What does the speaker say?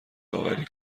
داوری